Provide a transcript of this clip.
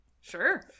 Sure